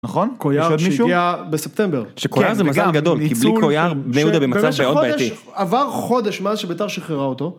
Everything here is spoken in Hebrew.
נכון? קויאר שהגיע בספטמבר. שקויאר זה מזל גדול, כי בלי קויאר בני יהודה במצב מאוד בעייתי. עבר חודש מאז שבית"ר שחררה אותו.